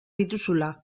dituzula